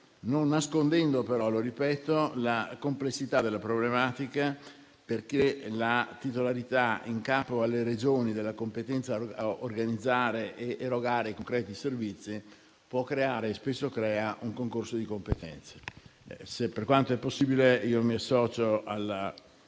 non nascondendo però - lo ripeto - la complessità della problematica, perché la titolarità in capo alle Regioni della competenza a organizzare ed erogare concreti servizi può creare e spesso crea un concorso di competenze. Per quanto è possibile, mi associo alla